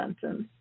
sentence